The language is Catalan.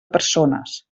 persones